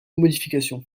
modifications